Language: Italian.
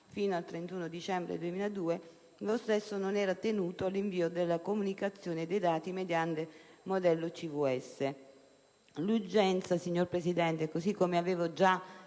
fino al dicembre 2002, lo stesso non sarebbe stato tenuto all'invio della comunicazione dei dati mediante modello CVS. L'urgenza, signor Presidente, così come avevo già